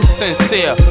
sincere